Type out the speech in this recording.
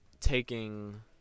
taking